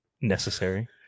necessary